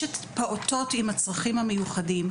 יש את הפעוטות עם הצרכים המיוחדים,